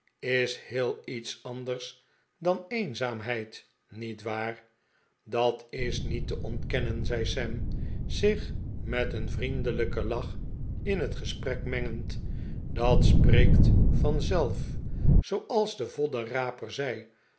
is heel iets anders dan eenzaamheid niet waar dat is niet te ontkennen zei sam zich met een vriendelijken lach in het gesprek mengend dat spreekt vanzelf zooals de voddenraper zei